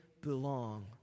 belong